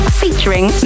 featuring